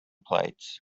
plates